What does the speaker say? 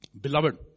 beloved